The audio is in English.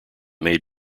made